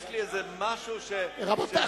יש לי איזה משהו, רבותי.